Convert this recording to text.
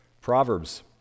Proverbs